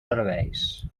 serveis